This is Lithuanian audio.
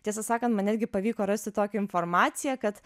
tiesą sakant man netgi pavyko rasti tokią informaciją kad